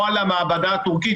או על המעבדה הטורקית,